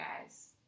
guys